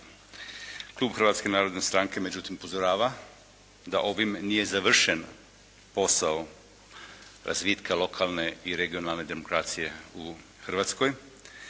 Klub Hrvatske narodne stranke međutim upozorava da ovime nije završen posao razvitka lokalne i regionalne demokracije u Hrvatskoj.